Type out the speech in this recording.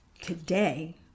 today